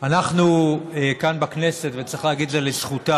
אנחנו כאן, בכנסת, וצריך להגיד את זה לזכותה,